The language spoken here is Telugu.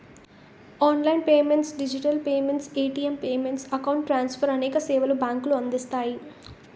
online payments digital payments, ATM payments, account transfer అనేక సేవలు బ్యాంకులు అందిస్తాయి